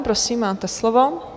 Prosím, máte slovo.